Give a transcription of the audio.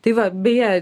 tai va beje